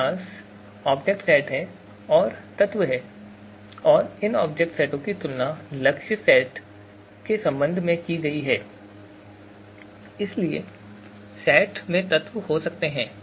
हमारे पास object set है और तत्व हैं और इन ऑब्जेक्ट सेटों की तुलना लक्ष्य सेट के संबंध में की गई है इसलिए लक्ष्य सेट में तत्व हो सकते हैं